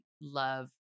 love